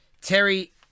Terry